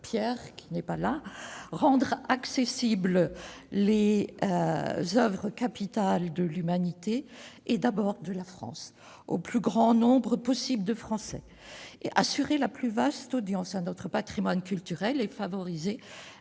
premier objectif de rendre accessibles les oeuvres capitales de l'humanité, et d'abord de la France, au plus grand nombre possible de Français, d'assurer la plus vaste audience à notre patrimoine culturel et de favoriser